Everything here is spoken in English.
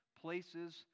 places